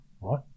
right